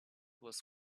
was